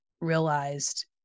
realized